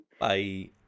Bye